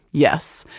yes.